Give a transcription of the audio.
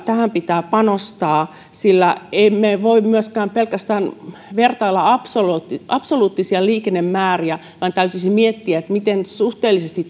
tähän pitää kyllä panostaa sillä emme voi myöskään pelkästään vertailla absoluuttisia absoluuttisia liikennemääriä vaan täytyisi miettiä miten suhteellisesti